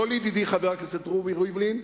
לא לידידי חבר הכנסת רובי ריבלין,